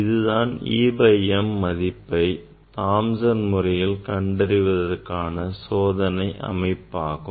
இதுதான் e by m மதிப்பை Thompson முறையில் கண்டறியும் சோதனைக்கான அமைப்பாகும்